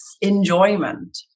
enjoyment